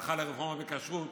הלכה לרפורמה בכשרות